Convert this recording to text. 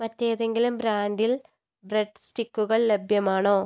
മറ്റേതെങ്കിലും ബ്രാൻഡിൽ ബ്രെഡ് സ്റ്റിക്കുകൾ ലഭ്യമാണോ